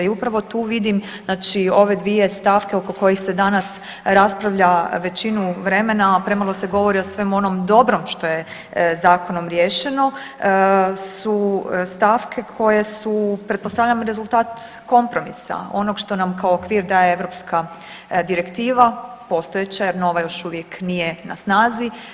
I upravo tu vidim znači ove dvije stavke oko kojih se danas raspravlja većinu vremena, a premalo se govori o svemu onome dobrom što je zakonom riješeno su stavke koje su pretpostavljam rezultat kompromisa onog što nam kao okvir daje europska direktiva postojeća jer nova još uvijek na snazi.